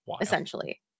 essentially